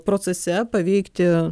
procese paveikti